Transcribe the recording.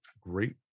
great